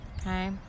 okay